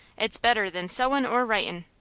it's better than sewin' or writin'.